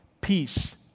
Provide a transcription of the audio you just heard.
peace